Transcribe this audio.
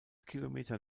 kilometer